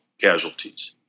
casualties